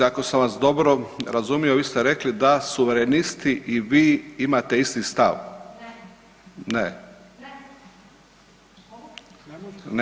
Ako sam vas dobro razumio vi ste rekli da Suverenisti i vi imate isti stav? … [[Upadica se ne razumije.]] ne.